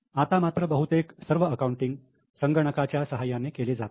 आता मात्र बहुतेक सर्व अकाउंटिंग संगणकाच्या सहाय्याने केले जाते